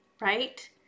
right